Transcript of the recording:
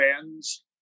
fans